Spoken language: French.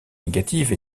négative